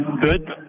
good